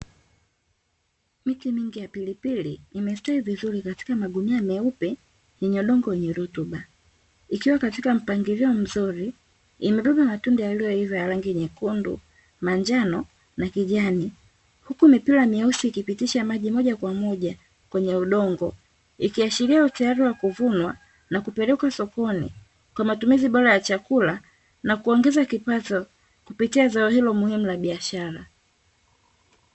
Miti mingi ya pilipili, imestawi vizuri katika magunia meupe yenye udongo wenye rutuba. Ikiwa katika mpangilio mzuri imebeba matunda yaliyoiva ya rangi nyekundu, manjano, na kijani. Huku mipira meusi ikipitisha maji moja kwa moja kwenye udongo ikiashiria utayari wa kuvunwa na kupelekwa sokoni kwa matumizi bora ya chakula na kuongeza kipato kupitia zao hilo muhimu la biashara.